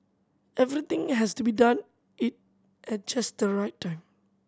everything has to be done at just the right time